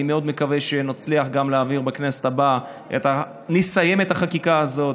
אני מאוד מקווה שנצליח להעביר את זה בכנסת הבאה ונסיים את החקיקה הזאת,